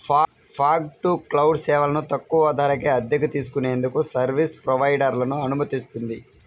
fog to cloud సేవలను తక్కువ ధరకే అద్దెకు తీసుకునేందుకు సర్వీస్ ప్రొవైడర్లను అనుమతిస్తుంది